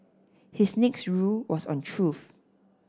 his next rule was on truth